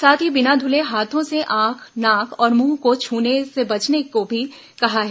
साथ ही बिना धुले हाथों से आंख नाक और मुंह को छूने से बचने को भी कहा गया है